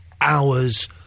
hours